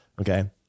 Okay